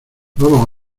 vamos